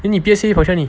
then 你 P_S_A for sure 你